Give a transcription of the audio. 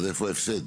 לא אבל איפה ההפסד?